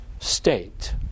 state